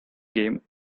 game